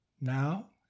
Now